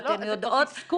ואתן יודעות- - זה לא כעס,